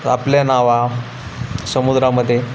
आपल्या नावा समुद्रामध्ये